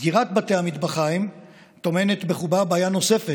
סגירת בתי המטבחיים טומנת בחובה בעיה נוספת,